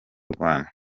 rwanda